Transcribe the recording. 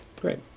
great